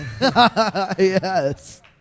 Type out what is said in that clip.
Yes